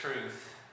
truth